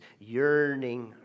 yearning